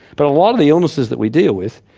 but a lot of the illnesses that we deal with,